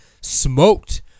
Smoked